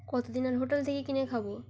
কত দিন আর হোটেল থেকে কিনে খাব